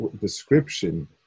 description